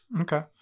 Okay